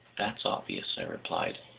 that's obvious, i replied.